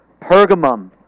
Pergamum